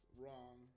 wrong